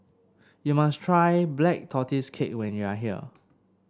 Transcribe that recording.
you must try Black Tortoise Cake when you are here